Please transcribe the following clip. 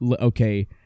okay